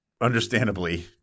understandably